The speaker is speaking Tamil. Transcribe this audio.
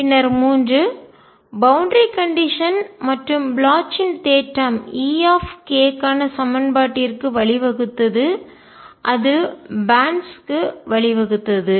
பின்னர் மூன்று பவுண்டரி கண்டிஷன் எல்லை நிபந்தனை மற்றும் ப்ளாச்சின் தேற்றம் E க்கான சமன்பாட்டிற்கு வழிவகுத்தது அது பேன்ட்ஸ் க்கு பட்டைகள் வழிவகுத்தது